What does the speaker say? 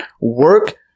work